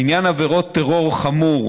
לעניין עבירות טרור חמורות,